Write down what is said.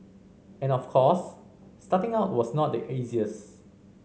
and of course starting out was not the